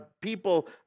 people